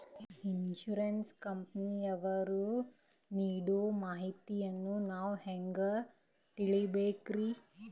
Insurance ಕಂಪನಿಯವರು ನೀಡೋ ಮಾಹಿತಿಯನ್ನು ನಾವು ಹೆಂಗಾ ತಿಳಿಬೇಕ್ರಿ?